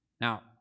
Now